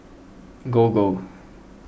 Gogo